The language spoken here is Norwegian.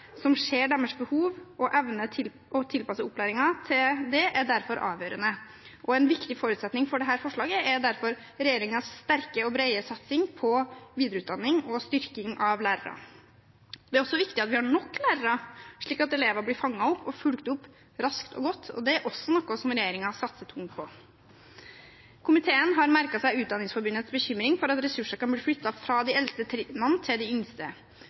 som ser deres behov og evner å tilpasse opplæringen til det, er derfor avgjørende. En viktig forutsetning for dette forslaget er derfor regjeringens sterke og brede satsing på videreutdanning og styrking av lærere. Det er også viktig at vi har nok lærere, slik at elever blir fanget opp og fulgt opp raskt og godt, og det er også noe regjeringen satser tungt på. Komiteen har merket seg Utdanningsforbundets bekymring for at ressurser kan bli flyttet fra de eldste trinnene til de yngste.